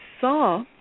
saw